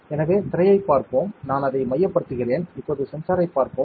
எனவே திரையைப் பார்ப்போம் நான் அதை மையப்படுத்துகிறேன் இப்போது சென்சாரைப் பார்ப்போம்